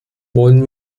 wollen